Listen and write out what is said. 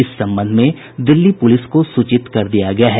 इस संबंध में दिल्ली पुलिस को सूचित कर दिया गया है